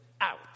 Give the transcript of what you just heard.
out